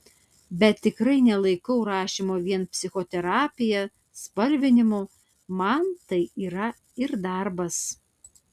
bet tikrai nelaikau rašymo vien psichoterapija spalvinimu man tai yra ir darbas